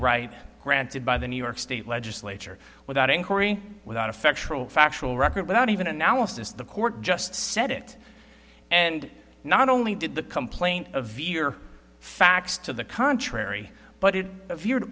right granted by the new york state legislature without inquiry without effectual factual record without even analysis the court just said it and not only did the complaint a veer facts to the contrary but it